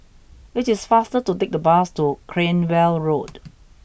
it is faster to take the bus to Cranwell Road